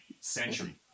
century